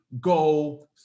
go